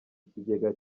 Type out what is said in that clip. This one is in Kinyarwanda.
ikigega